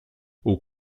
aux